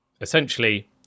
essentially